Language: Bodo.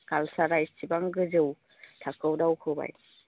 कालचारा इसिबां गोजौ थाखोआव दावखोबाय